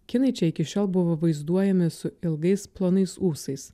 kinai čia iki šiol buvo vaizduojami su ilgais plonais ūsais